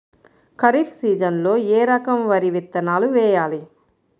ఖరీఫ్ సీజన్లో ఏ రకం వరి విత్తనాలు వేయాలి?